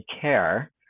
care